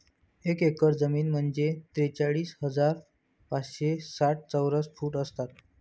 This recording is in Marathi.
एक एकर जमीन म्हणजे त्रेचाळीस हजार पाचशे साठ चौरस फूट असतात